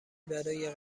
برای